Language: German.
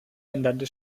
ändernde